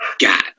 God